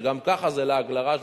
שגם ככה זה לעג לרש.